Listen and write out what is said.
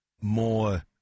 more